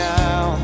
now